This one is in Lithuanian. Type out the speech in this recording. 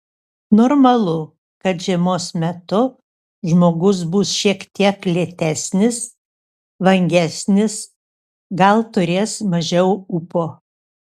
normalu kad žiemos metu žmogus bus šiek tiek lėtesnis vangesnis gal turės mažiau ūpo